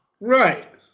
Right